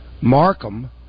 Markham